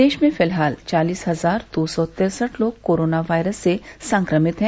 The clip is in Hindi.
देश में फिलहाल चालीस हजार दो सौ तिरसठ लोग कोरोना वायरस से संक्रमित हैं